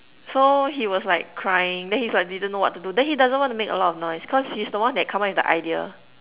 so he was like crying then he's like didn't know what to do then he doesn't want to make a lot of noise cause he's the one that come up with the idea